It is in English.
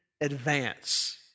advance